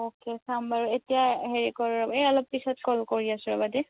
okay চাম বাৰু এতিয়া হেৰি কৰো এই অলপ পিছত কল কৰি আছো ৰ'বা দেই